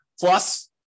plus